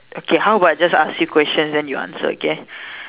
okay how about I just ask you questions then you answer okay